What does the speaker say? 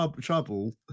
trouble